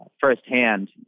firsthand